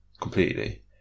Completely